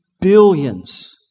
billions